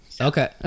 Okay